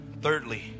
Thirdly